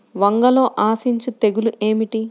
వంగలో ఆశించు తెగులు ఏమిటి?